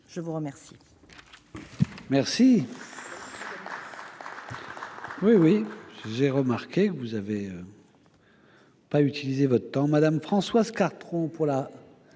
Je veux remercier